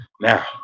Now